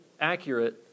accurate